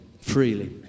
freely